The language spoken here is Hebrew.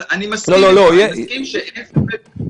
אבל אני מסכים איתך.